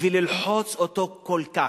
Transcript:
וללחוץ אותו כל כך.